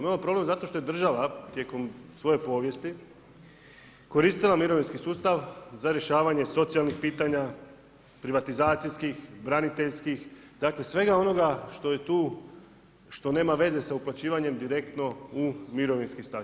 Imamo problem, zato što je država, tijekom svoje povijesti, koristila mirovinski sustav za rješavanje socijalnih pitanja, privatizacijskih, braniteljskih, dakle, svega onoga što je tu što nema veze sa uplaćivanjem direktno u mirovinski staž.